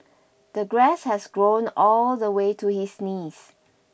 the grass has grown all the way to his knees